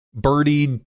birdied